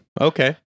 okay